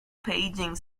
paging